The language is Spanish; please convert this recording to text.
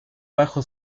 bajo